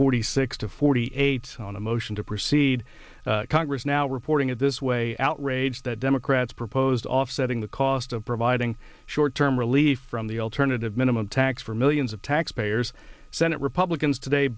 forty six to forty eight on a motion to proceed congress now reporting it this way outrage that democrats proposed offsetting the cost of providing short term relief from the alternative minimum tax for millions of taxpayers senate republicans today